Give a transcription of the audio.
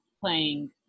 playing